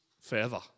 forever